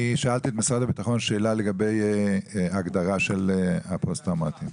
אני שאלתי את משרד הביטחון לגבי ההגדרה של הפוסט טראומטיים.